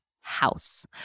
house